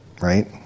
right